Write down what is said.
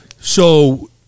So-